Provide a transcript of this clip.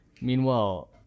Meanwhile